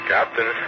Captain